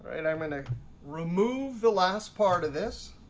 and i'm going to remove the last part of this,